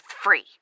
free